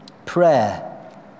Prayer